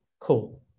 Cool